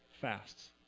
fasts